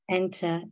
enter